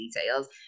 details